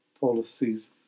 policies